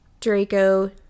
Draco